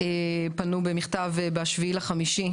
פנו במכתב ב-07 במאי,